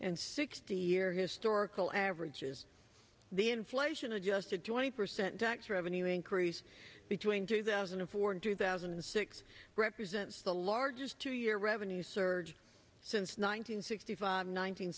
and sixty year historical average is the inflation adjusted joining percent tax revenue increase between two thousand and four and two thousand and six represents the largest two year revenue surge since nine hundred sixty five nine